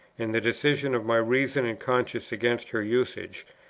and the decision of my reason and conscience against her usages,